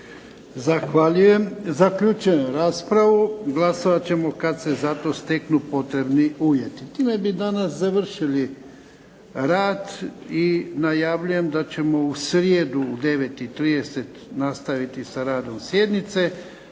Zahvaljujem. Zaključujem raspravu. Glasovat ćemo kad se za to steknu potrebni uvjeti. Time bi danas završili rad i najavljujem da ćemo u srijedu u 9,30 nastaviti sa radom sjednice